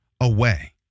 away